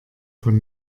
von